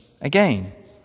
again